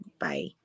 Bye